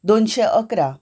दोनशीं इकरा